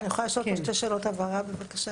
שתי שאלות הבהרה בבקשה.